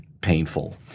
painful